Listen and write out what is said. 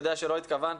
יודע שלא התכוונת,